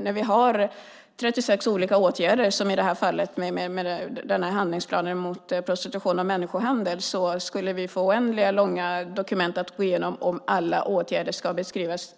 När vi har 36 olika åtgärder, som fallet med handlingsplanen mot prostitution och människohandel, skulle vi få oändligt långa dokument att gå igenom om alla åtgärder och hur det hela ska gå till skulle beskrivas